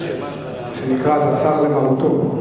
שנקרא, אתה סר למרותו.